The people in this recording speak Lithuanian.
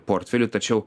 portfelių tačiau